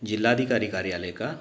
जिल्हाधिकारी कार्यालय का